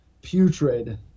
putrid